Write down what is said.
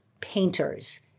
painters